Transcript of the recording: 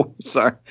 Sorry